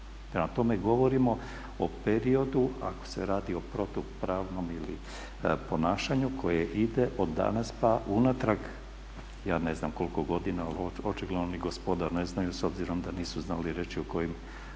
tome govorimo o periodu ako se radi o protupravnom ili ponašanju koje ide od danas pa unatrag, ja ne znam koliko godina, očigledno ni gospoda ne znaju s obzirom da nisu znali reći o koliko